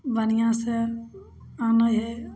बढ़िआँसँ आनै हइ